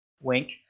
Wink